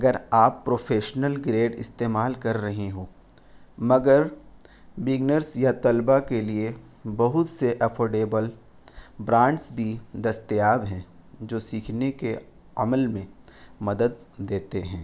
اگر آپ professional grade استعمال کر رہے ہو مگر بگنرس یا طلبا کے لیے بہت سے افورڈیبل برانڈس بھی دستیاب ہیں جو سیکھنے کے عمل میں مدد دیتے ہیں